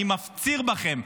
אני מפציר בכם,